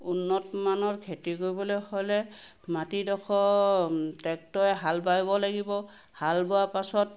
উন্নত মানৰ খেতি কৰিবলৈ হ'লে মাটিডখৰ ট্ৰেক্টৰে হাল বাব লাগিব হাল বোৱা পাছত